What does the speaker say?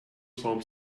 some